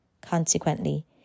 Consequently